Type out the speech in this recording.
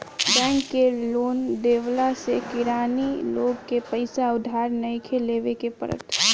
bank के loan देवला से किरानी लोग के पईसा उधार नइखे लेवे के पड़त